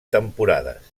temporades